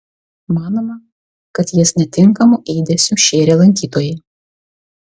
manoma kad jas netinkamu ėdesiu šėrė lankytojai